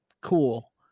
cool